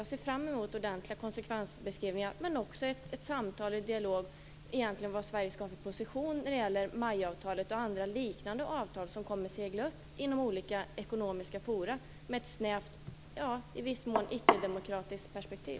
Jag ser fram emot ordentliga konsekvensbeskrivningar och ett samtal och en dialog om vad Sverige skall ha för position när det gäller MAI avtalet och andra liknande avtal som kommer att segla upp i olika ekonomiska forum med ett snävt, och i viss mån ickedemokratiskt, perspektiv.